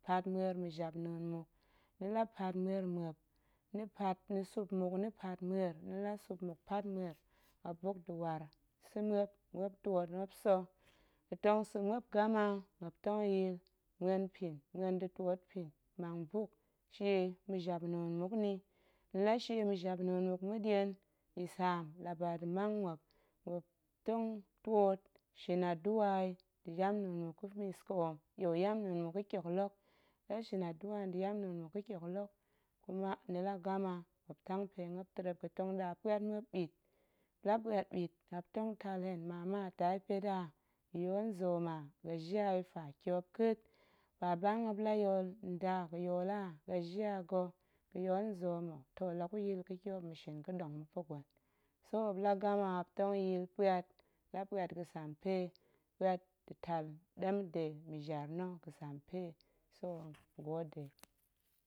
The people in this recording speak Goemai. Pat muer mma̱japna̱a̱n muk, ni la pat muer mmuop, ni pat ni sup mmuk ni pat muer, ni la sup mmuk ni pat muer, muop buk da̱ waar sa̱ muop, muop twoot muop sa̱, ga̱tong sa̱ muop gama muop tong ya̱a̱l, muen mpin muen da̱ twoot mpin mang buk shie ma̱japna̱a̱n muk nni, ni la shie ma̱japna̱a̱n muk məɗian, yitsaam la ba da̱ mang muop, muop tong twoot shin adu'a yi nda̱ yamna̱a̱n muk ga̱ misƙoom yo, yamna̱a̱n muk ga̱ kyoklok, muop la shin aduꞌa nda̱ yamna̱a̱n muk ga̱ kyoklok kuma ni la gama muop tang pe muop terrep, ga̱tont ɗa puat muop mɓit, muop la puat mɓit muop tong tal hen mama taa ya̱ pet a, ya̱ yool nzoom a, gejiya ya̱ fa, tyop ƙa̱a̱t, baba muop la yool, nda ga̱yool a, gejiya ga̱, ga̱yool nzoom ho, toh la gu ya̱a̱l ga̱tyop toh ma̱shin ga̱ɗong ma̱pa̱ gwen, so muop la gama muop tong ya̱a̱l puat, la puat ga̱sampe, puat da̱ tal ɗem de ma̱jaar na̱ ga̱sampe toh, hen gode.